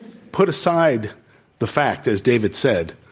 put aside the fact, as david said,